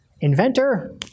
inventor